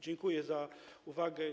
Dziękuję za uwagę.